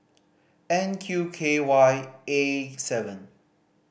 N Q K Y A seven